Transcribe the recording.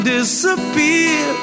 Disappear